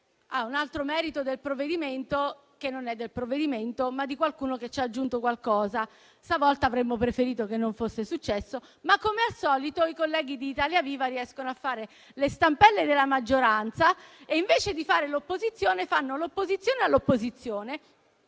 Un altro merito, in realtà, non è del provvedimento, bensì di qualcuno che ci ha aggiunto qualcosa. Stavolta avremmo preferito che non fosse successo, ma, come al solito, i colleghi di Italia Viva riescono a fare le stampelle della maggioranza e, invece di fare l'opposizione, fanno l'opposizione all'opposizione: